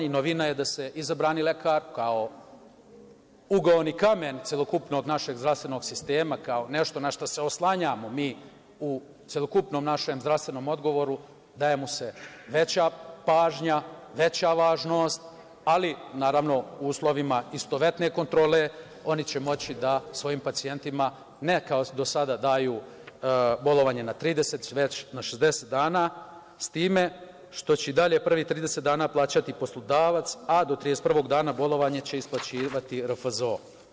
Novina je da se izabrani lekar, kao ugaoni kamen celokupnog našeg zdravstvenog sistema, kao nešto na šta se oslanjamo mi u celokupnom našem zdravstvenom odgovoru, daje mu se veća pažnja, veća važnost, ali naravno u uslovima istovetne kontrole oni će moći da svojim pacijentima, ne kao do sada da daju bolovanje na 30, već na 60 dana, s time, što će i dalje prvih 30 dana plaćati poslodavac, a do 31. dana bolovanje će isplaćivati RFZO.